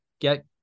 get